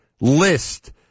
list